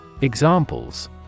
Examples